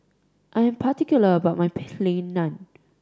I am particular about my Plain Naan